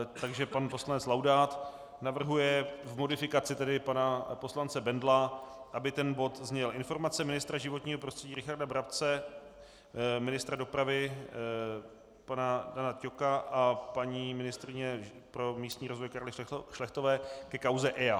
Takže pan poslanec Laudát navrhuje v modifikaci pana poslance Bendla, aby bod zněl Informace ministra životního prostředí Richarda Brabce, ministra dopravy Dana Ťoka a ministryně pro místní rozvoj Karly Šlechtové ke kauze EIA.